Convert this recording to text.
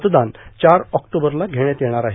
मतदान चार ऑक्टोबर ला रोजी घेण्यात येणार आहे